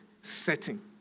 setting